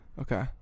Okay